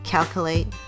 Calculate